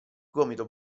gomito